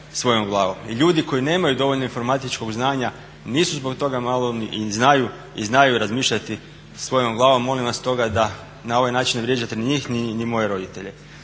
svojom glavom. I ljudi koji nemaju dovoljno informatičkog znanja nisu zbog toga maloumni i znaju razmišljati svojom glavom. Molim vas stoga da na ovaj način ne vrijeđate ni njih ni moje roditelje.